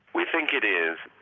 we think it is.